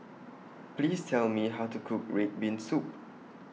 Please Tell Me How to Cook Red Bean Soup